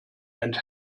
and